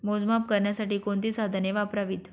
मोजमाप करण्यासाठी कोणती साधने वापरावीत?